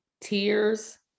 tears